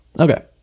Okay